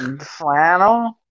Flannel